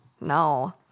No